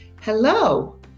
hello